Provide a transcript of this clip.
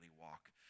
walk